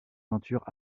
peintures